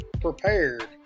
prepared